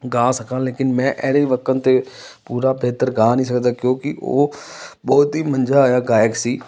ਗਾ ਸਕਾਂ ਲੇਕਿਨ ਮੈਂ ਐਰੇ ਵਕਨ ਤਾਂ ਪੂਰਾ ਬਿਹਤਰ ਗਾ ਨਹੀਂ ਸਕਦਾ ਕਿਉਂਕਿ ਉਹ ਬਹੁਤ ਹੀ ਮੰਜਾ ਹੋਇਆ ਗਾਇਕ ਸੀ